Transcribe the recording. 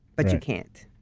but you can't.